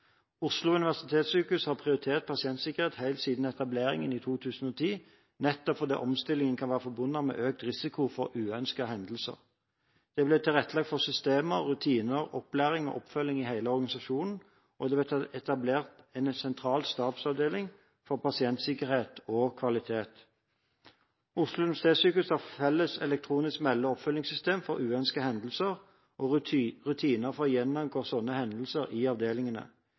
Oslo universitetssykehus har prioritert pasientsikkerhet helt siden etableringen i 2010, nettopp fordi omstilling kan være forbundet med økt risiko for uønskede hendelser. Det ble tilrettelagt for systemer, rutiner, opplæring og oppfølging i hele organisasjonen, og det ble etablert en sentral stabsavdeling for pasientsikkerhet og kvalitet. Oslo universitetssykehus har felles elektronisk melde- og oppfølgingssystem for uønskede hendelser og har rutiner for å gjennomgå slike hendelser i avdelingene.